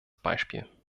beispiel